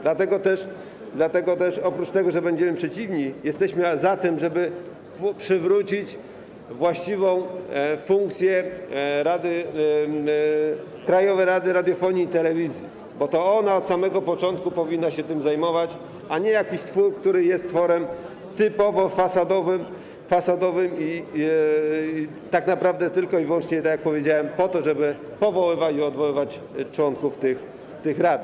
Dlatego też oprócz tego, że będziemy przeciwni, jesteśmy za tym, żeby przywrócić właściwą funkcję Krajowej Rady Radiofonii i Telewizji, bo to ona od samego początku powinna się tym zajmować, a nie jakiś twór, który jest tworem typowo fasadowym i tak naprawdę jest tylko i wyłącznie, tak jak powiedziałem, po to, żeby powoływać i odwoływać członków tych rad.